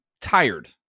tired